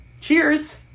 Cheers